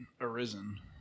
arisen